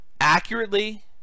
accurately